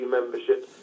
membership